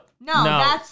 no